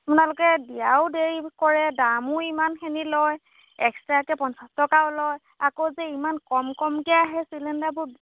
আপোনালোকে দিয়াও দেৰি কৰে দামো ইমানখিনি লয় এক্সট্ৰাকে পঞ্চাছ টকাও লয় আকৌ যে ইমান কম কমকৈ আহে চিলিণ্ডাৰবোৰ